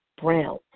Brown